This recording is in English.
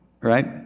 Right